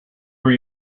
are